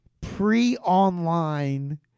pre-online